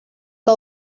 que